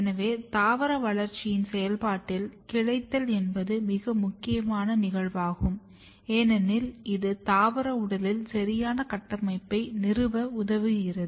எனவே தாவர வளர்ச்சியின் செயல்பாட்டில் கிளைத்தல் என்பது மிக முக்கியமான நிகழ்வாகும் ஏனெனில் இது தாவர உடலில் சரியான கட்டமைப்பை நிறுவ உதவுகிறது